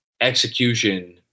execution